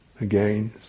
Again